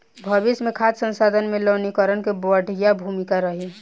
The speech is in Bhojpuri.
भविष्य मे खाद्य संसाधन में लवणीकरण के बढ़िया भूमिका रही